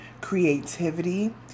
creativity